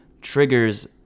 triggers